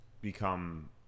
become